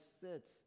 sits